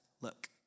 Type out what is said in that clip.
look